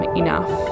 enough